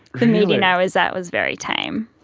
the meeting i was at was very tame.